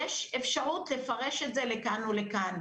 יש אפשרות לפרש את זה לכאן את זה.